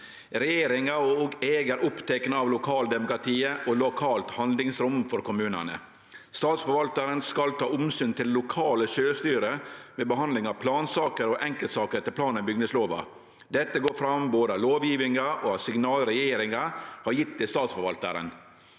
«Regjeringa og eg er opptekne av lokaldemokratiet og lokalt handlingsrom for kommunane. Statsforvaltarane skal ta omsyn til det lokale sjølvstyret ved behandlinga av plansaker og enkeltsaker etter plan- og bygningslova. Dette går fram både av lovgivinga og av sig nal regjeringa har gitt til statsforvaltarane».